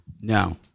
No